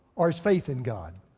or his faith in god.